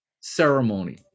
ceremony